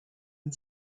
and